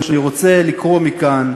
אני רוצה לקרוא מכאן,